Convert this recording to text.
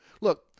Look